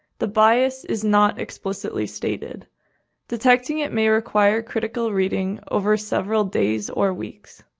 the bias is not explicitly stated detecting it may require critical reading over several days or weeks.